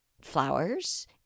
flowers